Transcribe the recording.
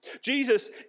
Jesus